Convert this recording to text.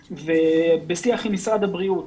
בשיח עם משרד הבריאות